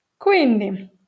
Quindi